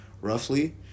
roughly